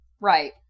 Right